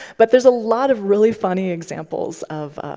but there's a lot of really funny examples of